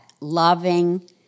loving